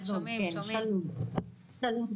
שלום,